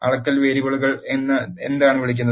അളക്കൽ വേരിയബിളുകൾ എന്ന് എന്താണ് വിളിക്കുന്നത്